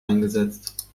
eingesetzt